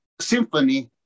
symphony